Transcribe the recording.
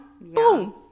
boom